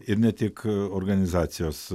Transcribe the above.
ir ne tik organizacijos